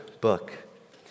book